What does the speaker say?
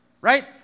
right